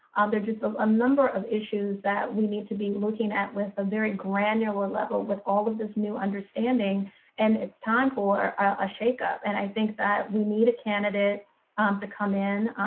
there's just a number of issues that we need to be looking at with a very granular level with all of this new understanding and it's time for a shakeup. and i think that we need a candidate to come in.